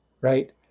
right